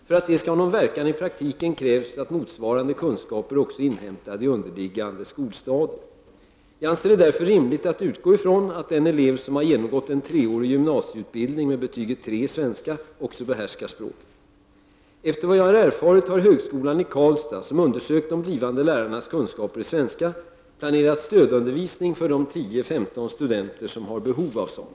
För att detta skall ha någon verkan i praktiken krävs att motsvarande kunskaper är inhämtade i underliggande skolstadier. Jag anser det därför rimligt att utgå ifrån att den elev som genomgått en treårig gymnasieutbildning med betyget 3 i svenska också behärskar språket. Enligt vad jag erfarit har högskolan i Karlstad, som undersökt de blivande lärarnas kunskaper i svenska, planerat stödundervisning för de 10-15 studenter som har behov av detta.